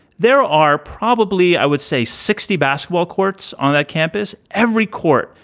there are probably, i would say, sixty basketball courts on that campus every court.